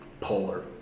polar